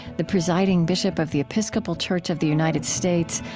the presiding bishop of the episcopal church of the united states,